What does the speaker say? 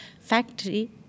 factory